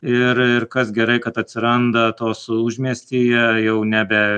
ir ir kas gerai kad atsiranda tos užmiestyje jau nebe